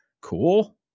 Cool